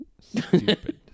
Stupid